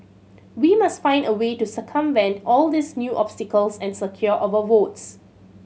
we must find a way to circumvent all these new obstacles and secure our votes